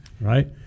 Right